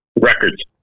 Records